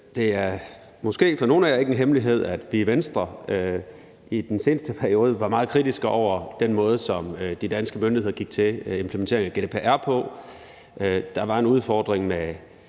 Det er måske for nogle af jer ikke en hemmelighed, at vi i Venstre i den seneste periode var meget kritiske over for den måde, som danske myndigheder gik til implementeringen af GDPR på. Der var en udfordring med